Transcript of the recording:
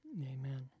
Amen